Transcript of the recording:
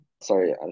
sorry